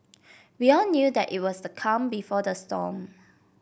we all knew that it was the calm before the storm